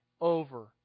over